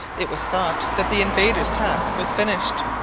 it was thought that the invaders' task was finished,